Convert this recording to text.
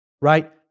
right